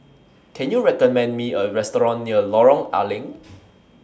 Can YOU recommend Me A Restaurant near Lorong A Leng